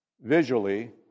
visually